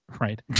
Right